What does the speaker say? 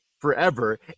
forever